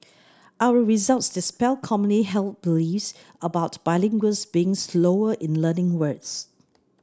our results dispel commonly held beliefs about bilinguals being slower in learning words